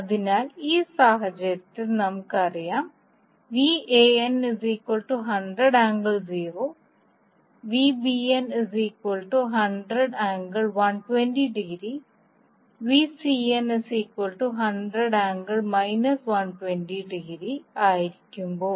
അതിനാൽ ഈ സാഹചര്യത്തിൽ നമുക്കറിയാം ആയിരിക്കുമ്പോൾ